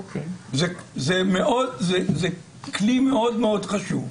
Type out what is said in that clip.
זה כלי מאוד מאוד חשוב.